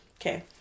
okay